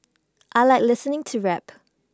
I Like listening to rap